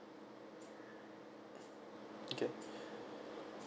okay